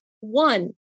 one